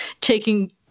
taking